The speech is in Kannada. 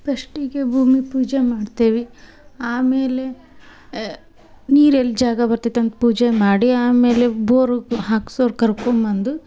ಫಶ್ಟಿಗೆ ಭೂಮಿ ಪೂಜೆ ಮಾಡ್ತೀವಿ ಆಮೇಲೆ ನೀರು ಎಲ್ಲಿ ಜಾಗ ಬರ್ತೈತೆ ಅಂತ ಪೂಜೆ ಮಾಡಿ ಆಮೇಲೆ ಬೋರ್ ಹಾಕ್ಸೋರು ಕರ್ಕೊಂಡ್ಬಂದು